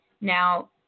Now